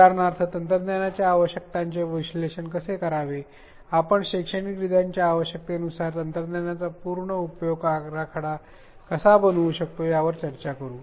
उदाहरणार्थ तंत्रज्ञानाच्या आवश्यकतांचे विश्लेषण कसे करावे आपण शैक्षणिक डिझाइनच्या आवश्यकतेनुसार तंत्रज्ञानाच्या पूर्ण उपयोगाचा आराखडा कसा बनवू शकतो याविषयी चर्चा करू